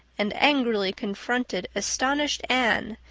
and angrily confronted astonished anne,